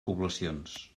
poblacions